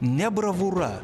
ne bravūra